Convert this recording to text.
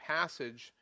passage